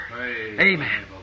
Amen